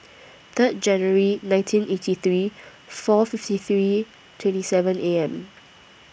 Third January nineteen eighty three four fifty three twenty seven A M